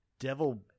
Devil